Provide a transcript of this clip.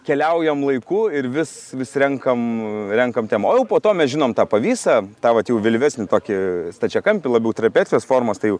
keliaujam laiku ir vis vis renkam renkam temą o jau po to mes žinome tą visą tą vat jau vėlyvesnį tokį stačiakampį labiau trapecijos formos tai jau